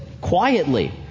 quietly